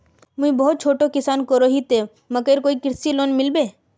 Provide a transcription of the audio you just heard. मुई बहुत छोटो किसान करोही ते मकईर कोई कृषि लोन मिलबे?